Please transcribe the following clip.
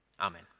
Amen